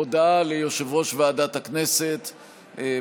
הודעת יושב-ראש ועדת הכנסת הודעה ליושב-ראש ועדת הכנסת,